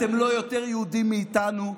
אתם לא יותר יהודים מאיתנו.